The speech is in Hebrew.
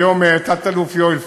היום תת-אלוף יואל פלדשו,